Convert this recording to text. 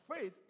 faith